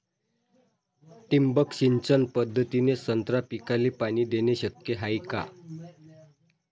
ठिबक सिंचन पद्धतीने संत्रा पिकाले पाणी देणे शक्य हाये का?